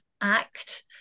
act